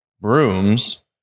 brooms